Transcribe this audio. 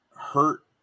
hurt